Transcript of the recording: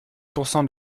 pourcent